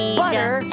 butter